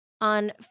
On